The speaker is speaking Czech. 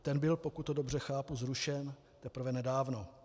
Ten byl, pokud to dobře chápu, zrušen teprve nedávno.